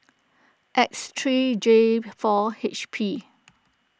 X three J four H P